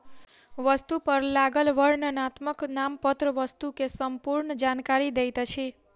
वस्तु पर लागल वर्णनात्मक नामपत्र वस्तु के संपूर्ण जानकारी दैत अछि